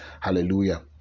hallelujah